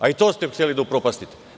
I to ste hteli da upropastite.